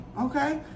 Okay